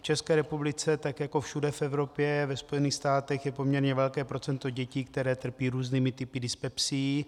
V České republice, tak jako všude v Evropě, ve Spojených státech, je poměrně velké procento dětí, které trpí různými typy dyspepsií.